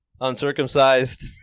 Uncircumcised